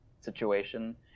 situation